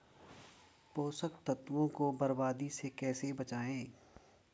पोषक तत्वों को बर्बादी से कैसे बचाएं?